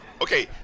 Okay